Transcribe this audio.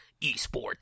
eSports